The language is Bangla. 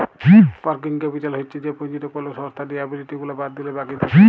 ওয়ার্কিং ক্যাপিটাল হচ্ছ যে পুঁজিটা কোলো সংস্থার লিয়াবিলিটি গুলা বাদ দিলে বাকি থাক্যে